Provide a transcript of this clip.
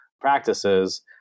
practices